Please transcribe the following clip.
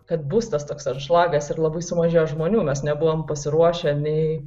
kad bus tas toks anšlagas ir labai sumažėjo žmonių mes nebuvom pasiruošę nei